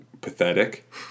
pathetic